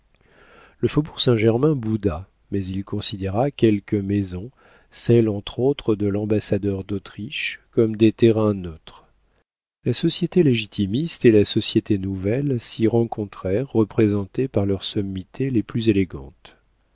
le faubourg saint-germain bouda mais il considéra quelques maisons celle entre autres de l'ambassadeur d'autriche comme des terrains neutres la société légitimiste et la société nouvelle s'y rencontrèrent représentées par leurs sommités les plus élégantes